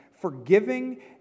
forgiving